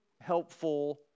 helpful